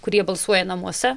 kurie balsuoja namuose